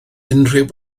unrhyw